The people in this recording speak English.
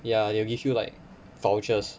ya they will give you like vouchers